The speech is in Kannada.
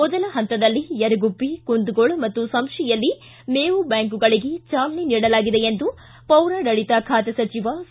ಮೊದಲ ಹಂತದಲ್ಲಿ ಯರಗುಪ್ಪಿ ಕುಂದಗೋಳ ಮತ್ತು ಸಂಶಿಯಲ್ಲಿ ಮೇವು ಬ್ಯಾಂಕುಗಳಿಗೆ ಚಾಲನೆ ನೀಡಲಾಗಿದೆ ಎಂದು ಪೌರಾಡಳಿತ ಖಾತೆ ಸಚಿವ ಸಿ